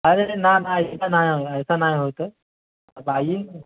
अरे ना ना ऐसा ना हो ऐसा ना होत है आप आइए